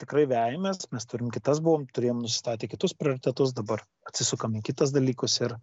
tikrai vejamės mes turim kitas buvom turėjom nusistatę kitus prioritetus dabar atsisukam į kitus dalykus ir